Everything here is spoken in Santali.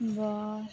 ᱵᱟᱥ